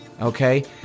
Okay